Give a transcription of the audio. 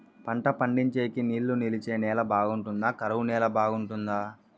పంట పండించేకి నీళ్లు నిలిచే నేల బాగుంటుందా? కరువు నేల బాగుంటుందా?